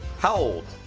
cold